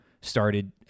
started